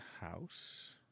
house